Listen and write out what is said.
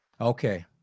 Okay